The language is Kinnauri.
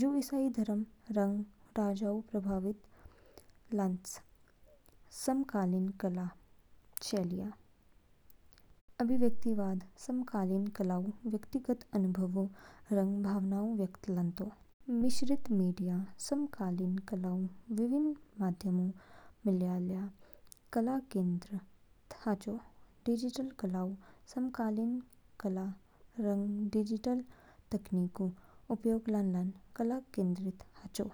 जो ईसाई धर्म रंग राजाओं प्रभावित हाचो। समकालीन कला शैलियाँ। अभिव्यक्तिवाद समकालीन कलाऊ व्यक्तिगत अनुभवों रंग भावनाऊ व्यक्त लानतो। मिश्रित मीडिया समकालीन कलाऊ विभिन्न माध्यमऊ मिलालया कला केन्द्रित हाचो । डिजिटल कलाऊ समकालीन कला रंग डिजिटल तकनीकऊ उपयोग लानलान कला केन्द्रित हाचो।